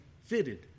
fitted